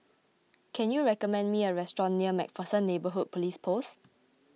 can you recommend me a restaurant near MacPherson Neighbourhood Police Post